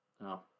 No